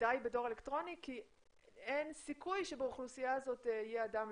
ודי בדואר אלקטרוני כי אין סיכוי שבאוכלוסייה הזאת יהיה אדם,